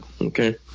Okay